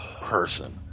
person